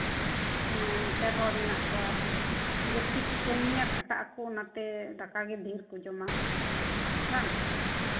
ᱦᱮᱸ ᱱᱟᱪᱟᱨ ᱦᱚᱲ ᱢᱮᱱᱟᱜ ᱠᱚᱣᱟ ᱡᱟᱹᱥᱛᱤ ᱠᱚ ᱠᱟᱹᱢᱤᱭᱟᱹ ᱠᱷᱟᱴᱟᱜ ᱟᱠᱚ ᱚᱱᱟᱛᱮ ᱫᱟᱠᱟᱜᱮ ᱰᱷᱮᱨ ᱠᱚ ᱡᱚᱢᱟ ᱵᱟᱝ